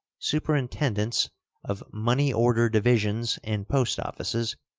superintendents of money-order divisions in post-offices,